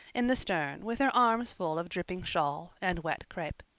in the stern with her arms full of dripping shawl and wet crepe.